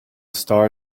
star